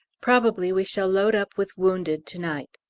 probably we shall load up with wounded to-night.